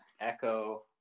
echo